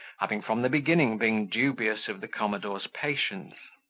having from the beginning been dubious of the commodore's patience.